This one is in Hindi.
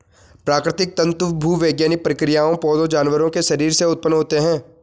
प्राकृतिक तंतु भूवैज्ञानिक प्रक्रियाओं, पौधों, जानवरों के शरीर से उत्पन्न होते हैं